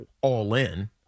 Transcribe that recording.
all-in